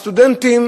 הסטודנטים